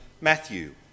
Matthew